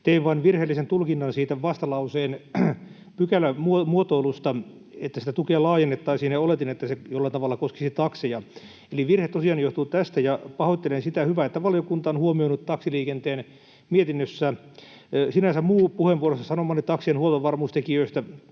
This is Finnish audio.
tein vain virheellisen tulkinnan siitä vastalauseen pykälän muotoilusta, että sitä tukea laajennettaisiin, ja oletin, että se jollain tavalla koskisi takseja. Eli virhe tosiaan johtui tästä, ja pahoittelen sitä. Hyvä, että valiokunta on huomioinut taksiliikenteen mietinnössä. Sinänsä muu puheenvuorossa sanomani taksien huoltovarmuustekijöistä